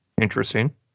interesting